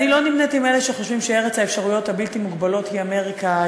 אני לא נמנית עם אלה שחושבים שארץ האפשרויות הבלתי-מוגבלות היא אמריקה,